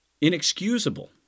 inexcusable